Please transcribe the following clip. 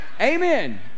Amen